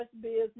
business